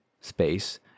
space